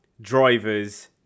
drivers